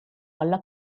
alla